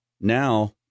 Now